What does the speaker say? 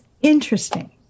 interesting